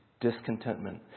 discontentment